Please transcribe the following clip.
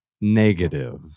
negative